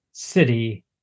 City